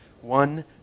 one